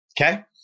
okay